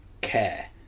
care